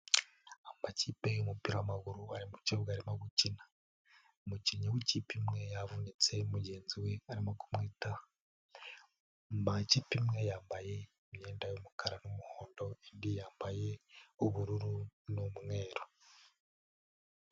Amakipe y'umupira w'amaguru ari mu kibuga arimo gukina, umukinnyi w'ikipe imwe yavunitse mugenzi we arimo kumwita, mu ikipe imwe yambaye imyenda y'umukara n'umuhondo, indi yambaye ubururu n'umweru.